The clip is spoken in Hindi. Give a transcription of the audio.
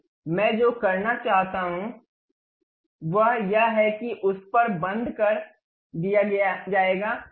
अब मैं जो करना चाहता हूं वह यह है कि उस पर बंद कर दिया जाए